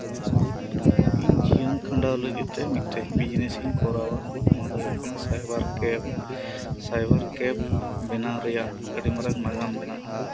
ᱤᱧ ᱡᱤᱭᱚᱱ ᱠᱷᱟᱸᱰᱟᱣ ᱞᱟᱹᱜᱤᱫ ᱛᱮ ᱢᱤᱫᱴᱮᱱ ᱵᱤᱡᱱᱮᱥ ᱤᱧ ᱠᱚᱨᱟᱣᱟ ᱚᱱᱟ ᱫᱚ ᱦᱩᱭᱩᱜ ᱠᱟᱱᱟ ᱥᱟᱭᱵᱟᱨ ᱠᱮᱯᱷ ᱥᱟᱭᱵᱟᱨ ᱠᱮᱯᱷ ᱵᱮᱱᱟᱣ ᱨᱮᱭᱟᱜ ᱟᱹᱰᱤ ᱢᱟᱨᱟᱝ ᱱᱟᱜᱟᱢ ᱢᱮᱱᱟᱜᱼ ᱟ